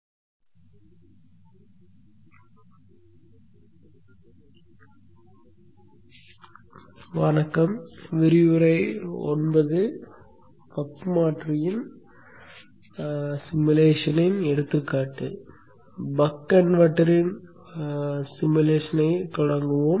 buck மாற்றியின் உருவகப்படுத்துதலின் எடுத்துக்காட்டு பக் கன்வெர்ட்டரின் உருவகப்படுத்துதலைத் தொடங்குவோம்